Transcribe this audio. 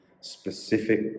specific